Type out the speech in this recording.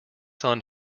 son